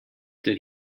did